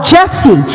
Jesse